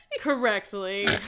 correctly